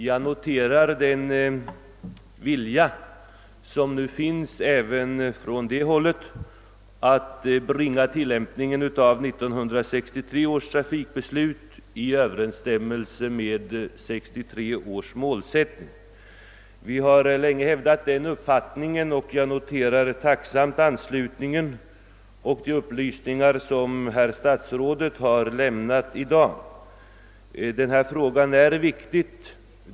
Jag noterar den vilja som nu finns även på det hållet att bringa tillämpningen av 1963 års trafikbeslut i överensstämmelse med 1963 års målsättning. Vi på vårt håll har länge hävdat uppfattningen att detta är nödvändigt, och jag är därför tacksam för denna anslutning liksom för de upplysningar som herr statsrådet har lämnat i dag.